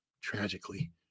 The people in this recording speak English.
tragically